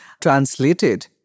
translated